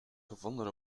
gevonden